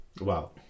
Wow